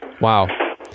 Wow